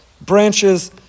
branches